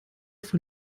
von